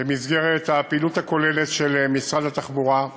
במסגרת הפעילות הכוללת של משרד התחבורה,